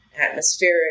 atmospheric